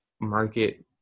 market